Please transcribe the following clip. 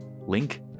Link